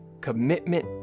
commitment